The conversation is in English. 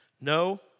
No